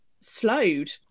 slowed